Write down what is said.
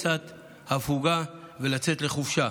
קצת הפוגה ולצאת לחופשה.